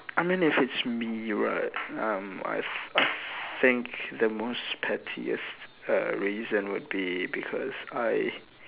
I mean if it's me right um I I think the most pettiest uh reason would be because I